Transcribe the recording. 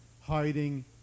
Hiding